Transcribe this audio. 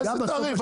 איזה תוריד?